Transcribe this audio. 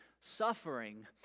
Suffering